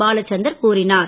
பாலச்சந்தர் கூறினார்